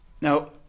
Now